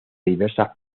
diversas